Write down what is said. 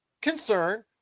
concern